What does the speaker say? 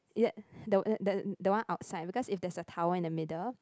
ya the the the one outside because if there's a tower in the middle